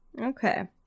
Okay